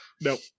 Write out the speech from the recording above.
Nope